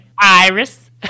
Iris